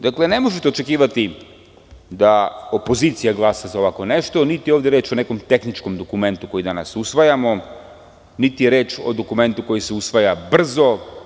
Dakle, ne možete očekivati da opozicija glasa za ovako nešto i niti je ovde reč o nekom tehničkom dokumentu koji danas usvajamo, niti je reč o dokumentu koji se usvaja brzo.